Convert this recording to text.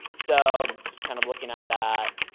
so just kind of looking at that.